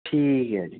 ਠੀਕ ਹੈ ਜੀ